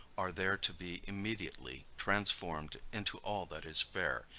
are there to be immediately transformed into all that is fair,